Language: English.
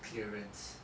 clearance